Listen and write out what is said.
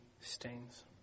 stains